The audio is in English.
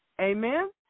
Amen